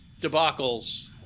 debacles